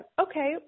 okay